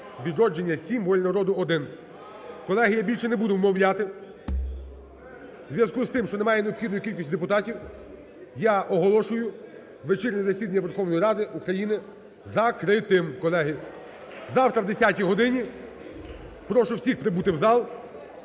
"Відродження" – 7, "Воля народу" – 1. Колеги, я більше не буду вмовляти. У зв'язку з тим, що немає необхідної кількості депутатів, я оголошую вечірнє засідання Верховної Ради України закритим, колеги. Завтра о 10 годині прошу всіх прибути в зал.